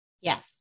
Yes